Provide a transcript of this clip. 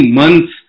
months